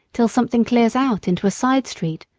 till something clears out into a side street,